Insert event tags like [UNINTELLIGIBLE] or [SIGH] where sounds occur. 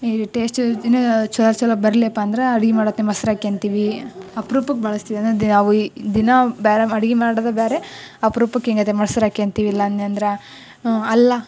ಈ ಟೇಸ್ಟ್ [UNINTELLIGIBLE] ಛಲೊ ಛಲೋ ಬರ್ಲ್ಯಪ್ಪ ಅಂದ್ರೆ ಅಡುಗೆ ಮಾಡೊತ್ತಿನಾಗ್ ಮೊಸ್ರು ಹಾಕೋತಿವಿ ಅಪ್ರೂಪಕ್ಕೆ ಬಳಸ್ತೀವಿ ಅಂದರೆ ದಿ ಅವು ಈ ದಿನಾ ಬೇರೆ ಮ ಅಡುಗೆ ಮಾಡೋದೆ ಬೇರೆ ಅಪ್ರೂಪಕ್ಕೆ ಹೀಗಿದೆ ಮೊಸ್ರು ಹಾಕೋತಿವಿ ಇಲ್ಲ ಅಂದೆನಂದ್ರ ಅಲ್ಲ